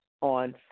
on